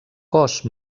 cos